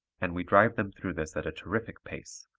and we drive them through this at a terrific pace,